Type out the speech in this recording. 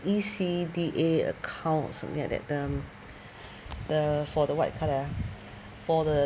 E_C_D_A account or something like that the the for the what you call that ah for the